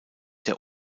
der